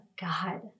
God